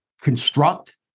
construct